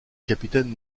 capitaine